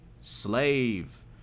Slave